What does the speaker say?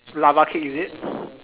lava cake is it